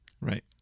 Right